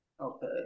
Okay